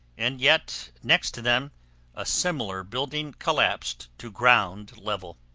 and yet next to them a similar building collapsed to ground level.